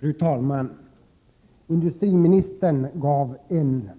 Fru talman! Industriministern gav en